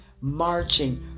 marching